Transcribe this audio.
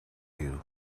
you